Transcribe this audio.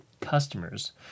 customers